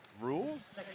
rules